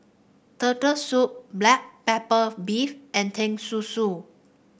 Turtle Soup Black Pepper Beef and Teh Susu